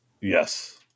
Yes